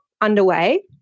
underway